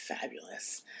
fabulous